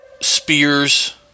spears